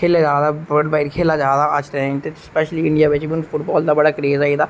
खेलेआ जारदा बल्डबाइड खेलेआ जारदा अज दे टाइम ते स्पेशली इंडिया बिच ते फुटबाल दा बड़ा क्रेज आई गेदा ऐ